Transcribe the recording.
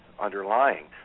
underlying